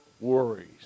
worries